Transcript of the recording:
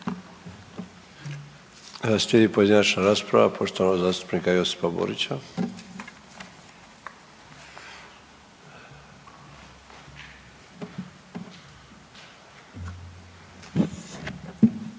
Slijedi pojedinačna rasprava poštovanog zastupnika Josipa Borića.